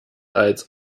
als